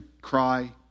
cry